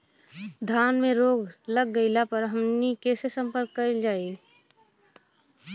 धान में रोग लग गईला पर हमनी के से संपर्क कईल जाई?